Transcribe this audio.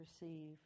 receive